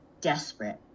desperate